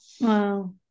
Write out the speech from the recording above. Wow